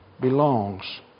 belongs